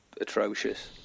atrocious